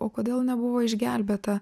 o kodėl nebuvo išgelbėta